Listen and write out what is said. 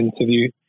interview